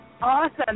awesome